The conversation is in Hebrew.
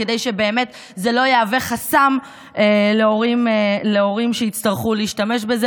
כדי שבאמת זה לא יהווה חסם להורים שיצטרכו להשתמש בזה